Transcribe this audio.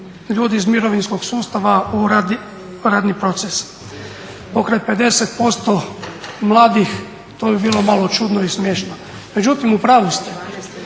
ljudi iz mirovinskog sustava u radni proces. Pokraj 50% mladih to bi bilo malo čudno i smiješno. Međutim, u pravu ste.